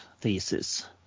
thesis